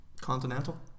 continental